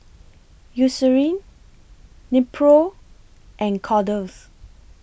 Eucerin Nepro and Kordel's